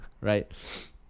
right